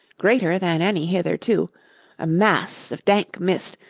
greater than any hitherto a mass of dank mist,